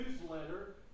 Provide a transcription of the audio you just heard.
newsletter